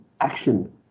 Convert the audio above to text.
action